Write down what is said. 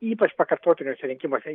ypač pakartotiniuose rinkimuose